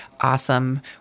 awesome